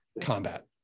combat